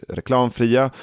reklamfria